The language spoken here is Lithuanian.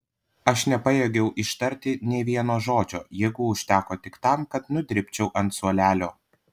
aš nepajėgiau ištarti nė vieno žodžio jėgų užteko tik tam kad nudribčiau ant suolelio